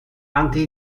anti